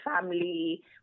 family